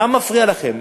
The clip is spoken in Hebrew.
מה מפריע לכם?